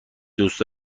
دوست